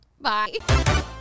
Bye